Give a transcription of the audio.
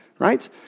Right